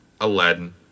Aladdin